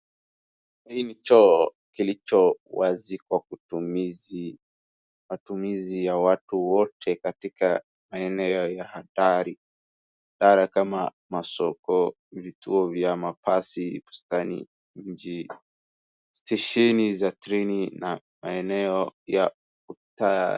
Hii ni choo kilichowazikwa matumizi ya watu wote katika maeneo ya hatari idara kama masoko, vituo vya mabasi , bustani mji , stesheni za treni na maeneo ya kukaa.